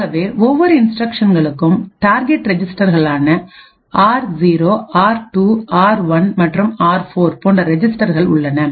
ஆகவே ஒவ்வொரு இன்ஸ்டிரக்ஷன்களுக்கும் டார்கெட் ரெஜிஸ்டர்களான ஆர்0 ஆர்2 ஆர்1 மற்றும் ஆர்4r0 r2 r1and r4 போன்ற ரெஜிஸ்டர்கள் உள்ளன